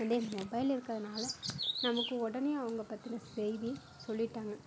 இதே மொபைல் இருக்கிறதுனால நமக்கு உடனே அவங்க பற்றின செய்தி சொல்லிட்டாங்கள்